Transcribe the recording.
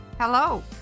Hello